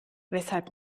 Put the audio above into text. weshalb